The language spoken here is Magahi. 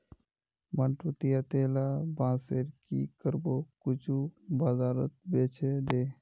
मंटू, ती अतेला बांसेर की करबो कुछू बाजारत बेछे दे